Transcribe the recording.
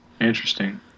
Interesting